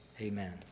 amen